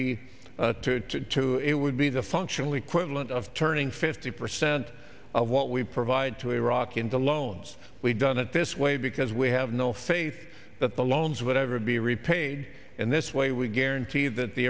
be to it would be the functional equivalent of turning fifty percent of what we provide to iraq into loans we've done it this way because we have no faith that the loans whatever be repaid in this way we guarantee that the